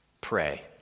pray